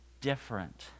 different